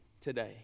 today